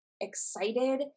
excited